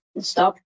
Stop